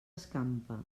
escampa